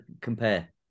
compare